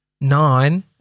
nine